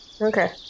Okay